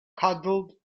cuddled